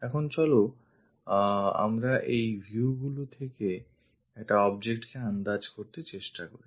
এখন চলো আমরা এই viewগুলি থেকে একটা objectকে আন্দাজ করতে চেষ্টা করি